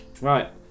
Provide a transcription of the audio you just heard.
Right